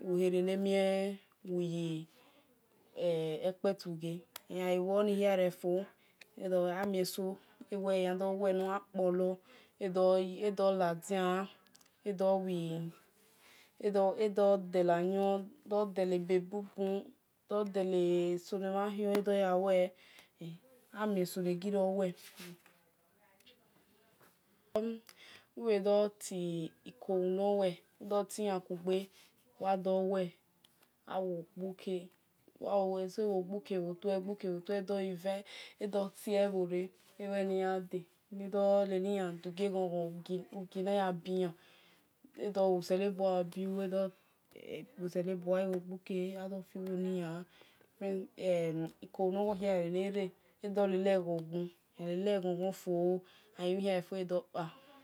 Ne mienmu yi ekpe-tiughem eghem- huonihia fo, amieso ewe ekhia dho lue ne gha kpolop edho ladian, edho dehi agon, edho deli-ebekun! Bun amieso negiro lue, uwi bhe dho ti ikolu-nowe udho toyan kughe aghuke bhotue, eso who kpuke inuite, eso dho tie-mhibhor e ne dho guiyan du-gie-oghon-ghon ughe na yabiyan, edho woselobua obihu, edho gbuke, adhofibua, obihu, edho gbuke, adhofiniyan ikohu nogho hia re-re ue re edho le-le ghon-ghon, egha le-le ghon gho fo agha luemhin hia re-re fo edho kpa